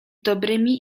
dobrymi